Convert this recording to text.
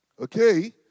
Okay